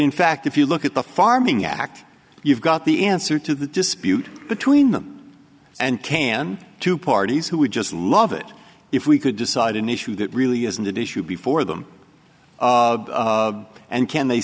in fact if you look at the farming act you've got the answer to the dispute between them and can two parties who would just love it if we could decide an issue that really isn't an issue before them and can they